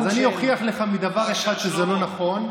אז אני אוכיח לך מדבר אחד שזה לא נכון.